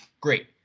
Great